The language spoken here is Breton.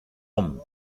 omp